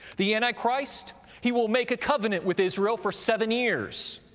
the antichrist, he will make a covenant with israel for seven years,